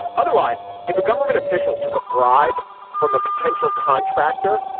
otherwise, if a government official took a bribe from a potential contractor,